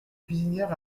cuisinière